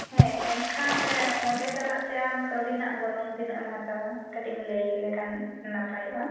ᱦᱮᱸ ᱮᱱᱠᱷᱟᱱ ᱚᱸᱰᱮ ᱪᱟᱞᱟᱜ ᱛᱮ ᱟᱢ ᱠᱟᱹᱣᱰᱤ ᱨᱮᱱᱟᱜ ᱛᱤᱱᱟᱹᱜ ᱜᱚᱱᱚᱢ ᱮᱢ ᱦᱟᱛᱟᱣᱟ ᱠᱟᱹᱴᱤᱡ ᱮᱢ ᱞᱟᱹᱭ ᱞᱮᱠᱷᱟᱱ ᱱᱟᱯᱟᱭᱚᱜ ᱟ